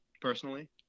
personally